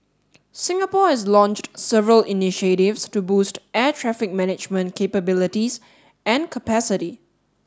Singapore has launched several initiatives to boost air traffic management capabilities and capacity